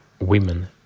women